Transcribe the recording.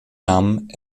namen